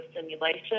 simulation